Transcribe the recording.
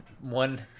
one